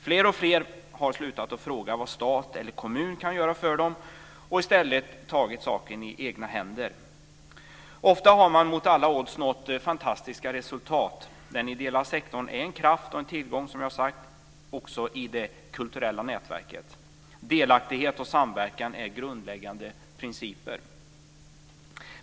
Fler och fler har slutat fråga vad stat eller kommun kan göra för dem och i stället tagit saken i egna händer. Ofta har man mot alla odds nått fantastiska resultat. Den ideella sektorn är som jag har sagt en kraft och en tillgång också i det kulturella nätverket. Delaktighet och samverkan är grundläggande principer.